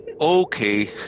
Okay